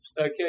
Okay